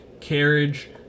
carriage